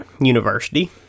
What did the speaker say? University